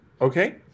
okay